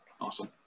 awesome